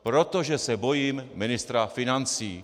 Protože se bojím ministra financí.